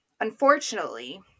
Unfortunately